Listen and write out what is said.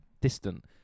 distant